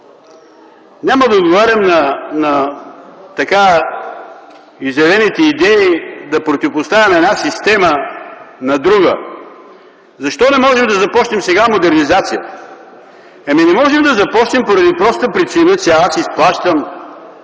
няма да отговарям на изявените идеи да противопоставяме една система на друга. Защо не можем да започнем сега модернизация? Ами, не можем да започнем поради простата причина, че аз изплащам